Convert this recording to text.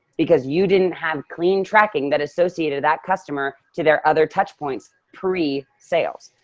because you didn't have clean tracking that associated that customer to their other touch points pre sales.